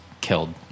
killed